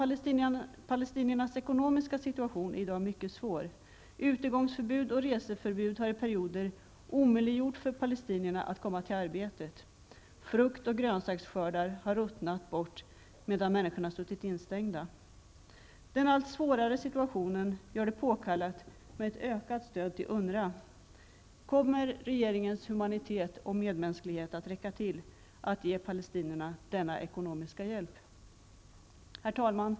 Palestiniernas ekonomiska situation är i dag mycket svår. Utegångsförbud och reseförbud har i perioder omöjliggjort för palestinierna att komma till arbetet. Frukt och grönsaksskördar har ruttnat bort medan människorna har suttit instängda. Den allt svårare situationen gör det påkallat med ett ökat stöd till UNRWA. Kommer regeringens humanitet och medmänsklighet att räcka till att ge palestinierna denna ekonomiska hjälp? Herr talman!